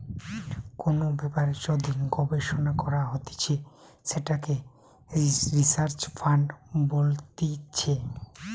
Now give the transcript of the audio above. কোন ব্যাপারে যদি গবেষণা করা হতিছে সেটাকে রিসার্চ ফান্ড বলতিছে